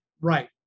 Right